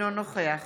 אינו נוכח